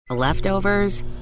Leftovers